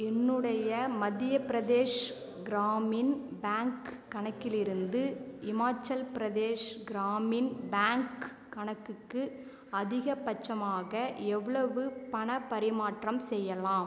என்னுடைய மத்திய பிரதேஷ் கிராமின் பேங்க் கணக்கிலிருந்து ஹிமாச்சல் பிரதேஷ் கிராமின் பேங்க் கணக்குக்கு அதிகபட்சமாக எவ்வளவு பண பரிமாற்றம் செய்யலாம்